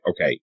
okay